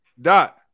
Dot